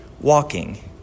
walking